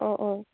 অঁ অঁ